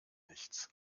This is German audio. nichts